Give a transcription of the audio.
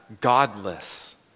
godless